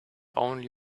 only